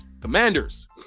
Commanders